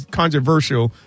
controversial